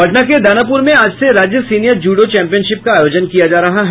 पटना के दानापुर में आज से राज्य सीनियर जूडो चैंपियनशिप का आयोजन किया जा रहा है